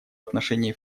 отношении